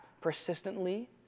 persistently